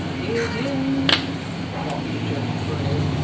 is in hertfordshire, my lord.